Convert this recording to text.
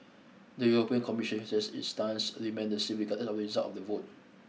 the European Commission stressed its stance remained the same regardless of the result of the vote